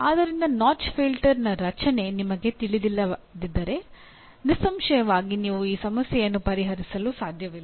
ಆದ್ದರಿಂದ ನಾಚ್ ಫಿಲ್ಟರ್ನ ರಚನೆ ನಿಮಗೆ ತಿಳಿದಿಲ್ಲದಿದ್ದರೆ ನಿಸ್ಸಂಶಯವಾಗಿ ನೀವು ಈ ಸಮಸ್ಯೆಯನ್ನು ಪರಿಹರಿಸಲು ಸಾಧ್ಯವಿಲ್ಲ